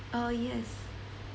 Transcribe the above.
uh yes